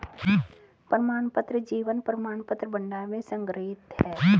प्रमाणपत्र जीवन प्रमाणपत्र भंडार में संग्रहीत हैं